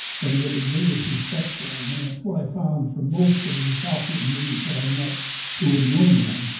but he had the greatest respect for him. and that's what i found for most of the south vietnamese that i met who had known him.